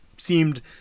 seemed